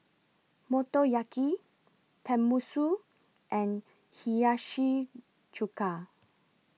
Motoyaki Tenmusu and Hiyashi Chuka